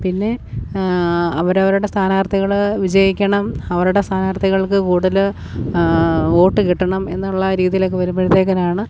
പിന്നെ അവരവരുടെ സ്ഥാനാർത്ഥികള് വിജയിക്കണം അവരുടെ സ്ഥാനാർത്ഥികൾക്ക് കൂടുതല് വോട്ട് കിട്ടണം എന്നുള്ള രീതിയിലൊക്കെ വരുമ്പഴ്ത്തേക്കിനാണ്